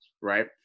right